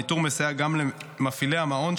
הניטור גם מסייע למפעילי המעון,